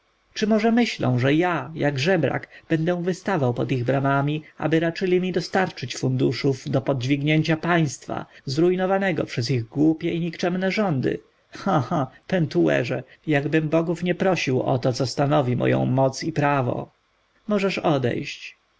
czy może myślą że ja jak żebrak będę wystawał pod ich bramami aby raczyli mi dostarczyć funduszów do podźwignięcia państwa zrujnowanego przez ich głupie i nikczemne rządy cha cha pentuerze jabym bogów nie prosił o to co stanowi moją moc i prawo możesz odejść